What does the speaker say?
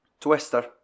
Twister